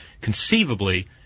conceivably